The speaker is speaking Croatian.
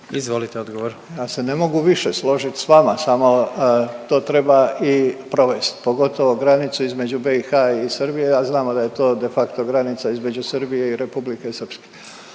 Davor (HDZ)** Ja se ne mogu više složit s vama, samo to treba i provest, pogotovo granicu između BiH i Srbije, a znamo da je to de facto granica između Srbije i Republike Srpske,